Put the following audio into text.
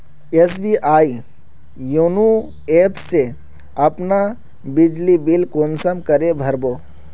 SBI YONO app से अपना बिजली बिल कुंसम करे भर बो?